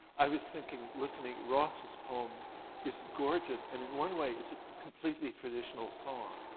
i was thinking, listening, ross's poem is gorgeous and in one way is a completely traditional song.